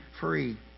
free